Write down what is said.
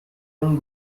اون